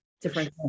different